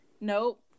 Nope